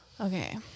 Okay